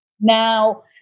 now